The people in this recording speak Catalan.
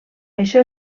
això